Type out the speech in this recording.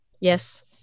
Yes